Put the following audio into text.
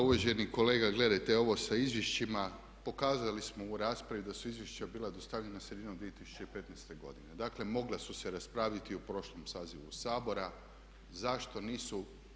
Ma uvaženi kolega, gledajte, ovo sa izvješćima pokazali smo u raspravi da su izvješća bila dostavljena sredinom 2015.godine, dakle mogla su se raspraviti u prošlom sazivu Sabora, zašto nisu?